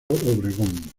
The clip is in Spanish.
obregón